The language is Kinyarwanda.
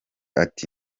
ati